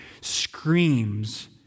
screams